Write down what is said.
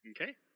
Okay